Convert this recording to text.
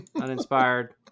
uninspired